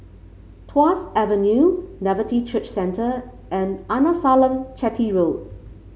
Tuas Avenue Nativity Church Centre and Arnasalam Chetty Road